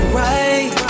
right